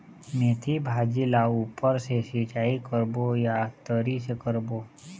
मेंथी भाजी ला ऊपर से सिचाई करबो या तरी से करबो?